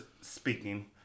speaking